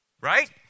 Right